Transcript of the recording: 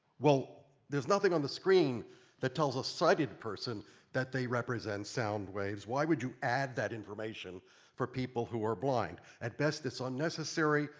well, there is nothing on the screen that tells a sighted person that they represent sound waves. why would you add that information for people who are blind? at best it is unnecessary.